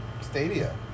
Stadia